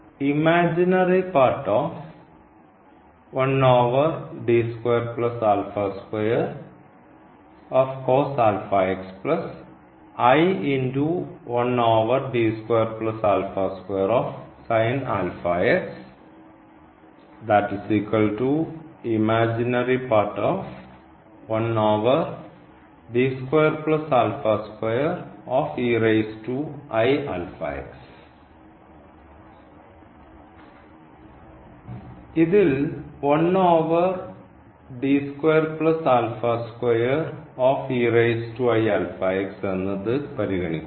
ഇതിൽ എന്നത് പരിഗണിക്കുന്നു